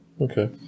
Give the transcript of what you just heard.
Okay